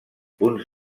punts